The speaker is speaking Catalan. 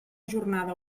jornada